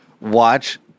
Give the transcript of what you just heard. watch